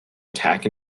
attack